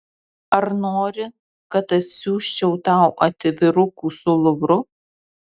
ar nori kad atsiųsčiau tau atvirukų su luvru